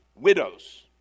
widows